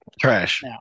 trash